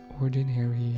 ordinary